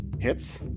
Hits